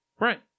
Right